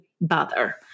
bother